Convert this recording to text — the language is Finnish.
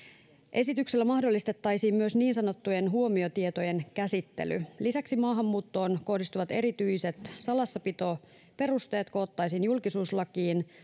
esityksellä mahdollistettaisiin myös niin sanottujen huomiotietojen käsittely lisäksi maahanmuuttoon kohdistuvat erityiset salassapitoperusteet koottaisiin julkisuuslakiin